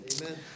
Amen